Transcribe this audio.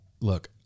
look